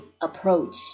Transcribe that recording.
approach